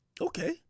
Okay